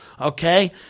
Okay